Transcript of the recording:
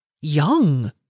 young